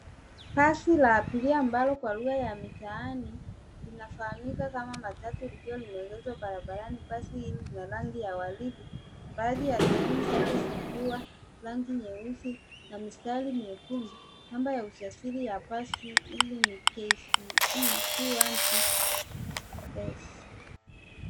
Basi la abiria ambalo kwa lugha ya mitaani linafahamika kama matatu likiwa limeegeshwa barabarani. Basi hili lina rangi ya waridi. Baadhi ya sehemu zake zikiwa rangi nyeusi na mistari miekundu. Namba ya usajili ya basi hili ni KCE 216S.